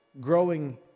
growing